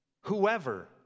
whoever